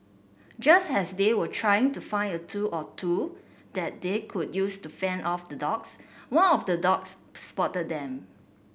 just as they were trying to find a tool or two that they could use to fend off the dogs one of the dogs spotted them